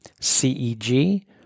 C-E-G